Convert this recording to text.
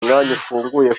ufunguye